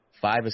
five